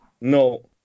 No